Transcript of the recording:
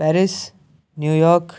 Paris New York